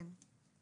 כן.